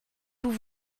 vous